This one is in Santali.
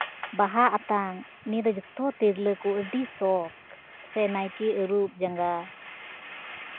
ᱵᱟᱦᱟ ᱟᱛᱟᱝ ᱱᱤᱭᱟᱹ ᱫᱚ ᱡᱚᱛᱚ ᱛᱤᱨᱞᱟᱹ ᱠᱚ ᱟᱹᱰᱤ ᱥᱚᱠᱷ ᱥᱮ ᱱᱟᱭᱠᱮ ᱟᱹᱨᱩᱵ ᱡᱟᱸᱜᱟ